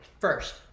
First